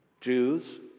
Jews